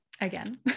Again